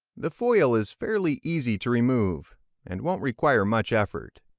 the foil is fairly easy to remove and won't require much effort.